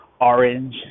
orange